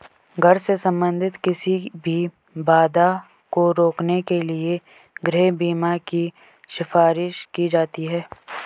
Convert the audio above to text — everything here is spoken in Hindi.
घर से संबंधित किसी भी बाधा को रोकने के लिए गृह बीमा की सिफारिश की जाती हैं